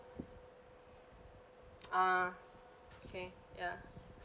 ah okay ya